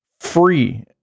free